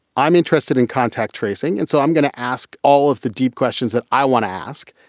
i'm interested in contact tracing. and so i'm going to ask all of the deep questions that i want to ask.